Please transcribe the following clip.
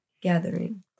gathering